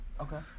Okay